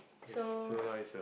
so